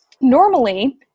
Normally